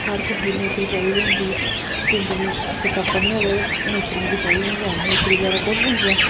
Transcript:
हर कुसै गी नौकरी चाहिदी होंदी जिंदगी अग्गें टप्पनियां होवै ते नौकरियां ते चाहिदियां गै ऐन नौकरी बगैरा कौन पुछदा